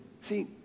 see